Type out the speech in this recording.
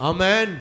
Amen